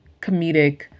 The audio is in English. comedic